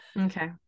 Okay